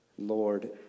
Lord